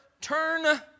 turn